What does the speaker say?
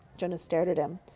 jonas stared at him.